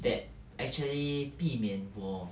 that actually 避免我